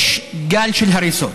יש גל של הריסות.